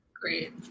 great